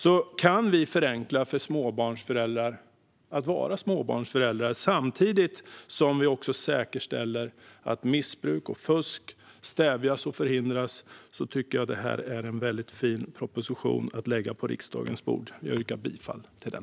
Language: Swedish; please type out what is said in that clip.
Om vi vill förenkla för småbarnsföräldrar att vara småbarnsföräldrar samtidigt som vi säkerställer att missbruk och fusk stävjas och förhindras är detta en fin proposition att lägga på riksdagens bord. Jag yrkar bifall till den.